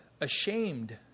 ashamed